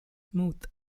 smooth